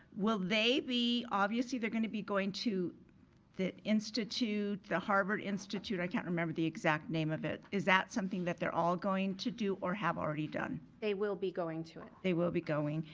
will they be, obviously they're gonna be going to the institute, the harvard institute, i can't remember the exact name of it. is that something that they're all going to do or have already done? they will be going to it. they will be going.